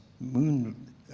moon